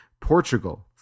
Portugal